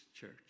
church